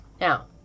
Now